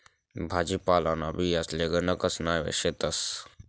भाजीपालांना बियांसले गणकच नावे शेतस